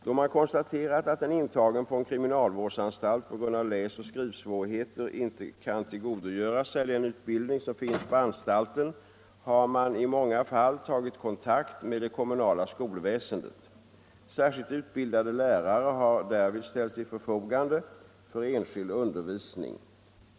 Då man konstaterat att en intagen på en kriminalvårdsanstalt på grund av läsoch skrivsvårigheter inte kan tillgodogöra sig den utbildning som finns på anstalten, har man i många fall tagit kontakt med det kommunala skolväsendet. Särskilt utbildade lärare har därvid ställts till förfogande för enskild undervisning.